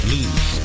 Lose